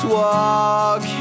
walk